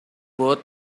worth